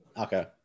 okay